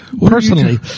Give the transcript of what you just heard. Personally